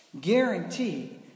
guarantee